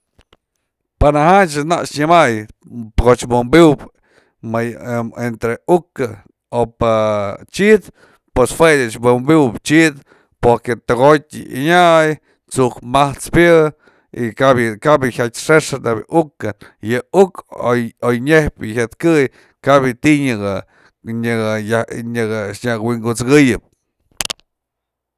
Panajanch nak nyëmay koch wi'inpywëp entre uka o pä chid, pues jue ech w'inpywëp chid porque tëko'otyë yë yanyay, t'su'uk majt'spë yë y kaba- kaba yë jiatyë xëxë nebya yë ukä, yë uk oy nyëjpë jiatyë këy kap yë ti'i nyaka wi'ikut'sëkëyëp